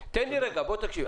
לא קונה את זה שיש בעיות רגולטור.